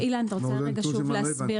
אילן, אתה רוצה שוב להסביר?